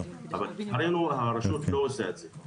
אבל עלינו הרשות לא עושה את זה.